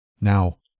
Now